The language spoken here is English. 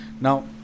Now